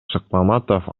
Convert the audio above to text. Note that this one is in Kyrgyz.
шыкмаматов